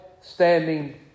standing